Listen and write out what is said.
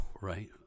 right